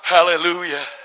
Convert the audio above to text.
Hallelujah